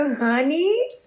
Honey